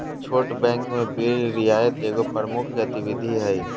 छोट बैंक में बिल रियायत एगो प्रमुख गतिविधि हइ